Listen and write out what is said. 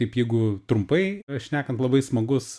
taip jeigu trumpai šnekant labai smagus